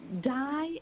Die